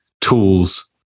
tools